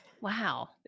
Wow